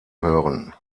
hören